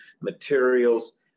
materials